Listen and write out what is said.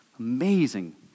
Amazing